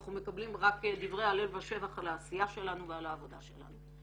אנחנו מקבלים רק דברי הלל ושבח על העשייה שלנו ועל העבודה שלנו.